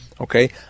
okay